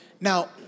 Now